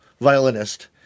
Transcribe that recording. violinist